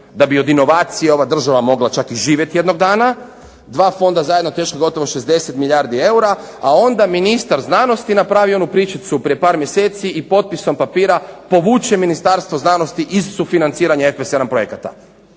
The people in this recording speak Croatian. da bi od inovacija ova država mogla čak i živjeti jednog dana, dva fonda zajedno teška gotovo 60 milijardi eura, a onda ministar znanosti napravi onu pričicu prije par mjeseci i potpisom papira povuče Ministarstvo znanosti iz sufinanciranja …/Ne razumije